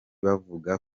bavuga